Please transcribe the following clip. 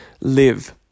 live